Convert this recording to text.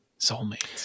soulmates